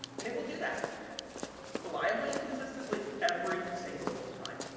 and, it will do that reliably and consistently every single time.